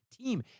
team